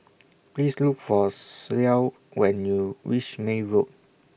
Please Look For Clell when YOU REACH May Road